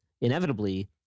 inevitably